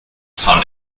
van